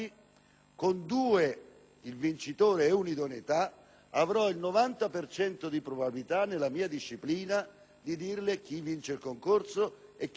(il vincitore e un idoneo) avrò il 90 per cento di probabilità, nella mia disciplina, di dirle chi vince il concorso e chi sarà l'idoneo.